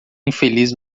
infeliz